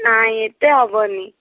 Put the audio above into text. ନାହିଁ ଏତେ ହବନି